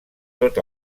tot